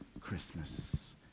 Christmas